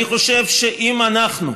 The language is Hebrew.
אני חושב שאם אנחנו,